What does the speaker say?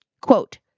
Quote